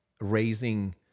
raising